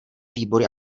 výbory